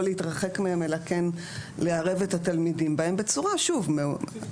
להתרחק מהם אלא כן לערב את התלמידים בהם בצורה הוגנת,